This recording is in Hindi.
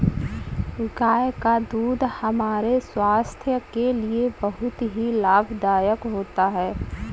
गाय का दूध हमारे स्वास्थ्य के लिए बहुत ही लाभदायक होता है